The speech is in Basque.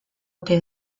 ote